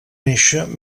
néixer